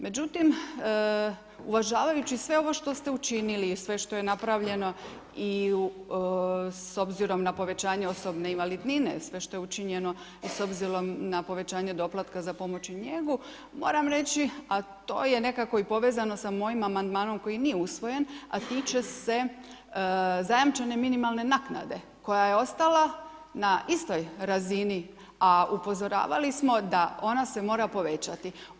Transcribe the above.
Međutim uvažavajući sve ovo što ste učinili, sve što je napravljeno i u s obzirom na povećanje osobne invalidnine, sve što je učinjeno s obzirom na povećanje doplatka na pomoć i njegu, moram reći, a to je nekako i povezano sa mojim amandmanom, koji nije usvojen, a tiče se zajamčene minimalne naknade, koja je ostala na istoj razini, a upozoravali smo da ona se mora povećati.